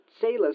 sailors